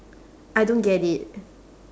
I don't get it